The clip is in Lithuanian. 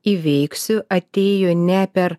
įveiksiu atėjo ne per